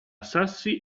sassi